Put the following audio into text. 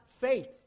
faith